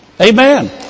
Amen